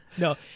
No